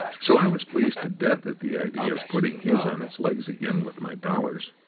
so i was pleased to death at the idea of putting his on its legs again with my dollars.